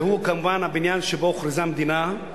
זה, כמובן, הבניין שבו הוכרזה המדינה,